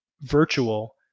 virtual